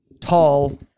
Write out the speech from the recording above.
tall